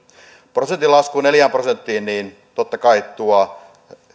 korkoprosentin lasku neljään prosenttiin totta kai tuo